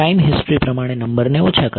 time history પ્રમાણે નંબરને ઓછા કરવા